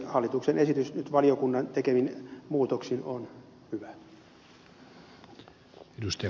hallituksen esitys valiokunnan tekemin muutoksin on hyvä